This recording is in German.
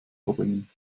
verbringen